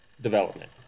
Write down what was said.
development